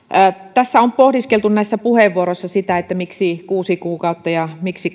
tässä näissä puheenvuoroissa on pohdiskeltu sitä miksi kuusi kuukautta ja miksi